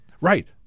Right